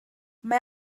mae